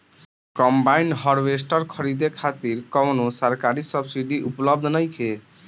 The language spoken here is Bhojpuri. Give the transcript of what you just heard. कंबाइन हार्वेस्टर खरीदे खातिर कउनो सरकारी सब्सीडी उपलब्ध नइखे?